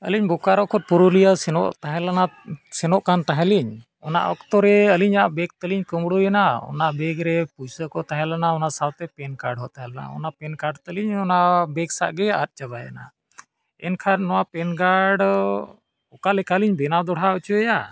ᱟᱹᱞᱤᱧ ᱵᱳᱠᱟᱨᱳ ᱠᱷᱚᱱ ᱯᱩᱨᱩᱞᱤᱭᱟᱹ ᱥᱮᱱᱚᱜ ᱛᱟᱦᱮᱸ ᱞᱮᱱᱟ ᱥᱮᱱᱚᱜ ᱠᱟᱱ ᱛᱟᱦᱮᱸᱞᱤᱧ ᱚᱱᱟ ᱚᱠᱛᱚ ᱨᱮ ᱟᱹᱞᱤᱧᱟᱜ ᱵᱮᱜᱽ ᱛᱮᱞᱤᱧ ᱠᱩᱢᱲᱩᱭᱮᱱᱟ ᱚᱱᱟ ᱵᱮᱜᱽ ᱨᱮ ᱯᱚᱭᱥᱟ ᱠᱚ ᱛᱟᱦᱮᱸ ᱞᱮᱱᱟ ᱚᱱᱟ ᱥᱟᱶᱛᱮ ᱯᱮᱱ ᱠᱟᱨᱰ ᱦᱚᱸ ᱛᱟᱦᱮᱸ ᱞᱮᱱᱟ ᱚᱱᱟ ᱯᱮᱱ ᱠᱟᱨᱰ ᱛᱟᱹᱞᱤᱧ ᱚᱱᱟ ᱵᱮᱜᱽ ᱥᱟᱜ ᱜᱮ ᱟᱫ ᱪᱟᱵᱟᱭᱮᱱᱟ ᱮᱱᱠᱷᱟᱱ ᱱᱚᱣᱟ ᱯᱮᱱ ᱠᱟᱨᱰ ᱚᱠᱟ ᱞᱮᱠᱟ ᱞᱤᱧ ᱵᱮᱱᱟᱣ ᱫᱚᱦᱲᱟ ᱦᱚᱪᱚᱭᱟ